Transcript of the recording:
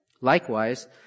Likewise